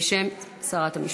בשם שרת המשפטים.